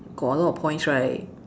got a lot of points right